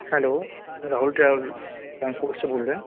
hello Rahul travel transport سے بول رہے ہیں